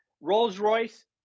Rolls-Royce